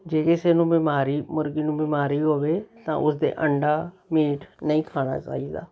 ਜੇ ਕਿਸੇ ਨੂੰ ਬਿਮਾਰੀ ਮੁਰਗੀ ਨੂੰ ਬਿਮਾਰੀ ਹੋਵੇ ਤਾਂ ਉਸ ਦੇ ਅੰਡਾ ਮੀਟ ਨਹੀਂ ਖਾਣਾ ਚਾਹੀਦਾ